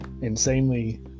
insanely